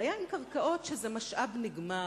הבעיה עם קרקעות היא שזה משאב נגמר.